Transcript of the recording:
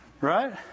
right